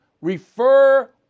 refer